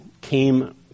came